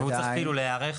והוא צריך כאילו להיערך?